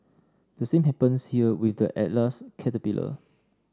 the same happens here with the Atlas caterpillar